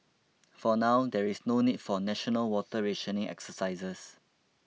for now there is no need for national water rationing exercises